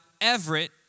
Everett